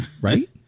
Right